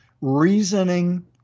reasoning